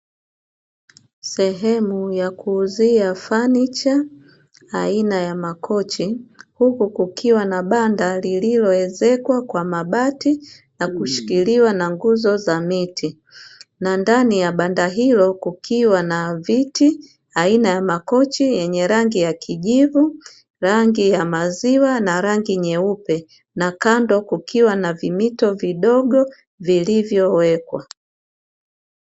Sehemu ya kuuzia fanicha aina ya makochi, huku kukiwa na banda lililoezekwa na mabati na kushikiliwa na nguzo za miti. Na ndani ya banda hilo kukiwa na viti aina ya makochi yenye rangi ya kijivu, rangi ya maziwa na rangi nyeupe; na kando kukiwa na vimito vidogo vilivyowekwa.